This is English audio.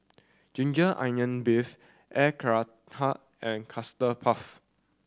ginger onions beef Air Karthira and Custard Puff